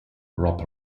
rob